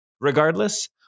Regardless